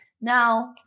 Now